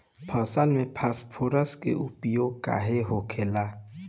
फसल में फास्फोरस के उपयोग काहे होला?